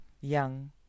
young